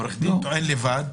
עורך הדין טוען בלבד,